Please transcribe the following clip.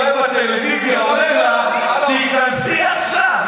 רואים בטלוויזיה שאומרים לה: תיכנסי עכשיו.